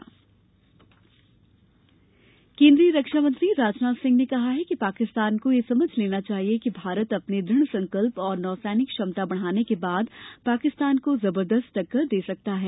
रक्षामंत्री केन्द्रीय रक्षामंत्री राजनाथ सिंह ने कहा है कि पाकिस्तान को यह समझ लेना चाहिए कि भारत अपने दृढ़ संकल्प और नौसैनिक क्षमता बढ़ाने के बाद पाकिस्तान को जबर्दस्त टक्कर दे सकता है